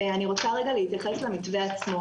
אני רוצה רגע להתייחס למתווה עצמו,